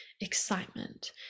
excitement